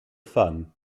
fun